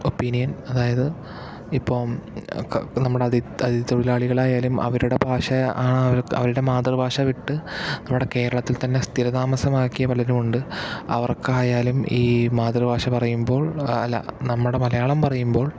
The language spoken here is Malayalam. ഒപ്പീനിയൻ അതായത് ഇപ്പം ഇപ്പം നമ്മുടെ അതിഥി തൊഴിലാളികളായാലും അവരുടെ ഭാഷ ആണ് അവരുടെ മാതൃഭാഷ വിട്ട് നമ്മുടെ കേരളത്തിൽ തന്നെ സ്ഥിര താമസമാക്കിയ പലരുമുണ്ട് അവർക്കായാലും ഈ മാതൃഭാഷ പറയുമ്പോൾ അല്ല നമ്മുടെ മലയാളം പറയുമ്പോൾ